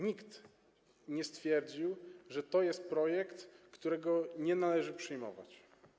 Nikt nie stwierdził, że to jest projekt, którego nie należy przyjmować.